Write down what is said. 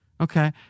Okay